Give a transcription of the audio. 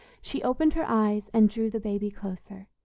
she opened her eyes and drew the baby closer.